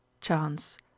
Chance